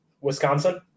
Wisconsin